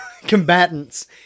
combatants